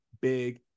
big